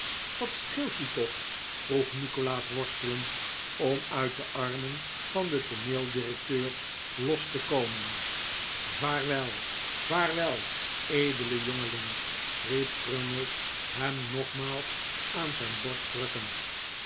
wat scheelt u toch vroeg nikolaas worstelend om uit de armen van den tooneeldirecteur los te komen vaarwel vaarwel edele jongeling riep crummies hem nogmaals aan zijn borst drukkend